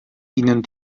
ihnen